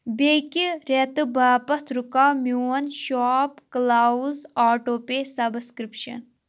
بیٚیہِ رٮ۪تہٕ باپتھ رُکاو میٛون شاپ کٕلاوُز آٹوٗ پے سبٕسکرٛپشَن